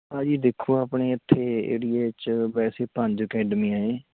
ਭਾਜੀ ਦੇਖੋ ਆਪਣੇ ਇੱਥੇ ਏਰੀਏ 'ਚ ਵੈਸੇ ਪੰਜ ਕੈਡਮੀਆਂ ਹੈ